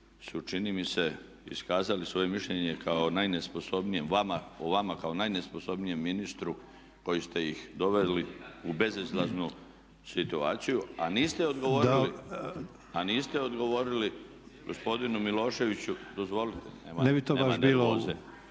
su čini mi se iskazali svoje mišljenje o vama kao najnesposobnijem ministru koji ste ih doveli u bezizlaznu situaciju a niste odgovorili gospodinu Miloševiću … /Upadica se ne razumije./…